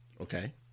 Okay